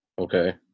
Okay